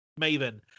Maven